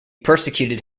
persecuted